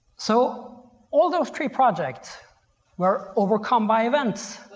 so all those three projects were overcome by events,